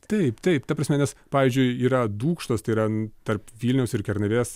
taip taip ta prasme nes pavyzdžiui yra dūkštos tai yra tarp vilniaus ir kernavės